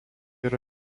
yra